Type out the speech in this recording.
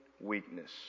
weakness